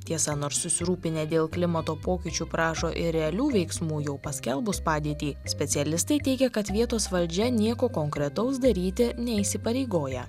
tiesa nors susirūpinę dėl klimato pokyčių prašo ir realių veiksmų jau paskelbus padėtį specialistai teigia kad vietos valdžia nieko konkretaus daryti neįsipareigoja